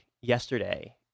yesterday